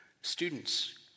Students